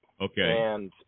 Okay